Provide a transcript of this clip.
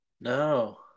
No